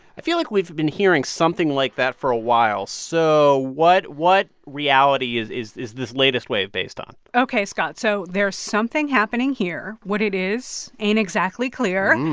i feel like we've been hearing something like that for a while. so what what reality is is this latest wave based on? ok, scott, so there's something happening here. what it is ain't exactly clear.